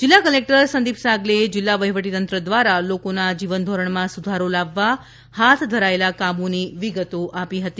જિલ્લા કલેક્ટર સંદીપ સાંગલેએ જિલ્લા વહિવટીતંત્ર દ્વારા લોકોના જીવન ધોરણમાં સુધારો લાવવા હાથ ધરાયેલા કામોની વિગતો આપી હતી